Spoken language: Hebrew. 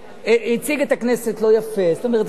זאת אומרת, עוד הפעם חוזרים על אותו תהליך.